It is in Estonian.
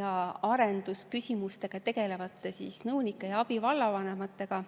ja arendusküsimustega tegelevate nõunike ja abivallavanematega.